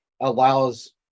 allows